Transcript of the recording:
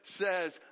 says